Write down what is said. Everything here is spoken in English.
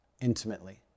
intimately